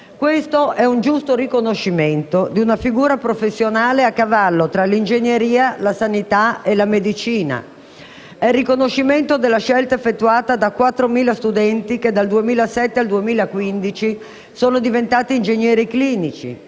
Questo è il giusto riconoscimento di una figura professionale a cavallo tra l'ingegneria, la sanità e la medicina, il riconoscimento della scelta effettuata da 4.000 studenti che, dal 2007 al 2015, sono diventati ingegneri clinici